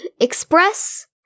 express